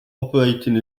operating